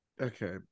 Okay